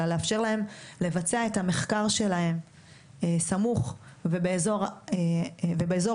אלא לאפשר להם לבצע את המחקר שלהם סמוך ובאזור מגוריהם,